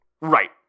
Right